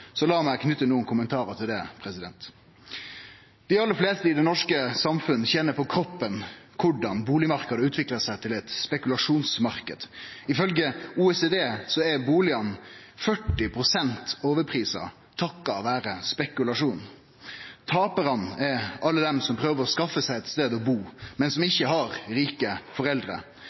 så la meg knyte nokre kommentarar til det. Dei aller fleste i det norske samfunnet kjenner på kroppen korleis bustadmarknaden har utvikla seg til ein spekulasjonsmarknad. Ifølgje OECD er bustadene 40 pst. overprisa takka vere spekulasjon. Taparane er alle dei som prøver å skaffe seg ein stad å bu, men som ikkje har rike foreldre.